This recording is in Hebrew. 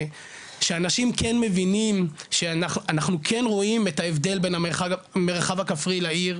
שאנשים כן מבינים שאנחנו כן רואים את ההבדל בין המרחב הכפרי לעיר,